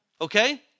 Okay